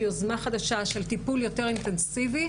יוזמה חדשה של טיפול יותר אינטנסיבי,